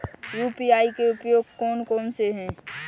UPI के उपयोग कौन कौन से हैं?